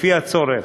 לפי הצורך,